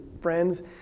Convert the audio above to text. friends